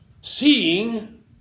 seeing